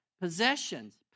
possessions